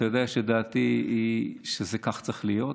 אתה יודע שדעתי היא שכך צריך להיות.